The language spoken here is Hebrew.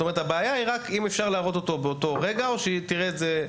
הבעיה אם רק אפשר להראות אותו באותו רגע או שהיא תראה את זה אחר כך.